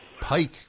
Pike